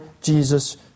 Jesus